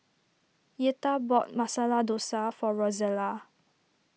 Yetta bought Masala Dosa for Rozella